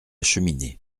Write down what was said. cheminée